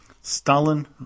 Stalin